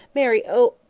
mary oh!